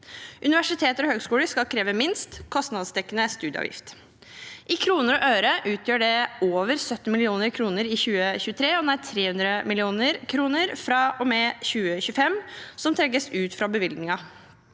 Universitetene og høyskolene skal kreve minst kostnadsdekkende studieavgift. I kroner og øre utgjør det over 70 mill. kr i 2023 og nær 300 mill. kr fra og med 2025, som trekkes ut fra bevilgningen.